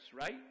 right